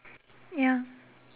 ya